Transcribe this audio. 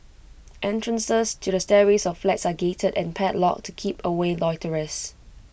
entrances to the stairways of flats are gated and padlocked to keep away loiterers